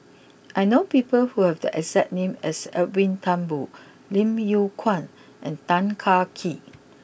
I know people who have the exact name as Edwin Thumboo Lim Yew Kuan and Tan Kah Kee